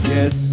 Yes